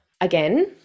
again